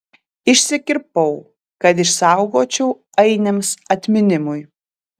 išsikirpau kad išsaugočiau ainiams atminimui